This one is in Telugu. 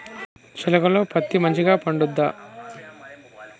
చేలుక లో పత్తి మంచిగా పండుద్దా?